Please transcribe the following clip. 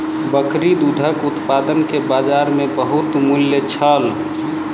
बकरी दूधक उत्पाद के बजार में बहुत मूल्य छल